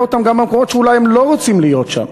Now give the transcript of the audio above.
אותם גם במקומות שאולי הם לא רוצים להיות שם.